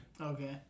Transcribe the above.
Okay